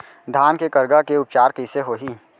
धान के करगा के उपचार कइसे होही?